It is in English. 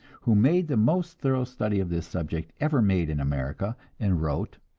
who made the most thorough study of this subject ever made in america, and wrote